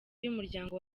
y’umuryango